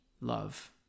love